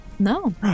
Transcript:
No